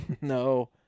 No